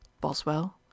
Boswell